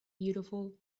beautiful